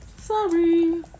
Sorry